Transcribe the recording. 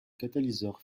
catalyseur